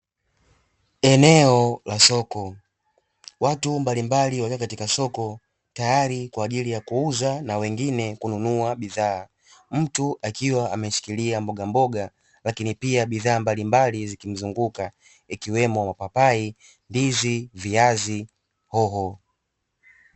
Eneo la soko watu mbalimbali walio katika soko tayari kwa ajili ya kuuza na wengine kununua bidhaa, mtu akiwa ameshikilia mboga mboga lakini pia bidhaa mbalimbali zikimzunguka ikiwemo mapapai, ndizi, viazi, hoho.